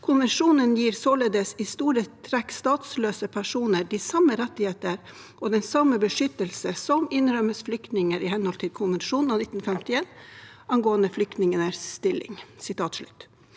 «Konvensjonen gir således i store trekk statsløse personer de samme rettigheter og den samme beskyttelse som innrømmes flyktninger i henhold til konvensjonen av 1951 angående flyktninger stilling.»